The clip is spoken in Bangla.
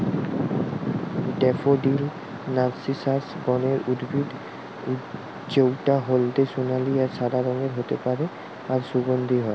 ড্যাফোডিল নার্সিসাস গণের উদ্ভিদ জউটা হলদে সোনালী আর সাদা রঙের হতে পারে আর সুগন্ধি হয়